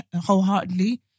wholeheartedly